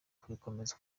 kubikomeza